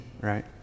right